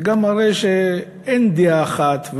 זה גם מראה שאין דעה אחת,